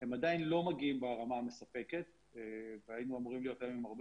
הם עדין לא מגיעים ברמה המספקת והיינו אמורים להיות היום עם הרבה